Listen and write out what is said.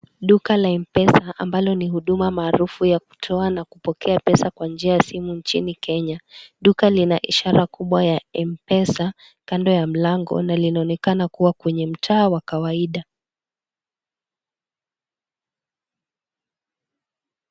Duka la mpesa ambalo ni huduma maarufu kwa kutoa na kupokea pesa kwa njia ya simu nchini Kenya. Duka lina ishara kubwa ya mpesa kando ya mlango na linaonekana kuwa kwenye mtaa wa kaaida.